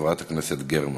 חברת הכנסת גרמן.